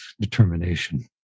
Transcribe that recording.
determination